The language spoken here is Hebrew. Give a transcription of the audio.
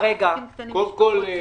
קודם כול,